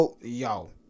yo